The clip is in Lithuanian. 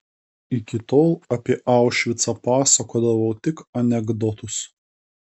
iki tol apie aušvicą pasakodavau tik anekdotus